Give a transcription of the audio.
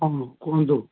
ହଁ ହଁ କୁହନ୍ତୁ